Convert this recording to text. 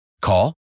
Call